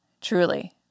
Truly